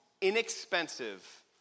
inexpensive